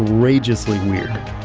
ah outrageously weird.